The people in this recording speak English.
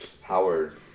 Howard